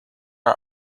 are